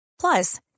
Plus